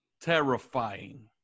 terrifying